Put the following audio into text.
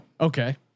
Okay